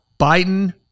Biden